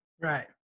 Right